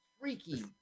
freaky